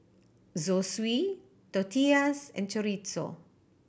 Zosui Tortillas and Chorizo